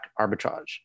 arbitrage